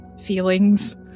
feelings